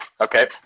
okay